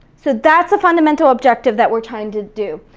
so that's a fundamental objective that we're trying to do.